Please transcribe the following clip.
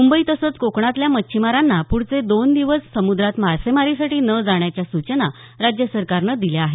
मुंबई तसंच कोकणातल्या मच्छिमारांना पुढचे दोन दिवस समुद्रात मासेमारीसाठी न जाण्याच्या सूचना राज्य सरकारनं दिल्या आहेत